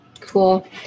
cool